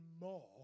more